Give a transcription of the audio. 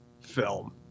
film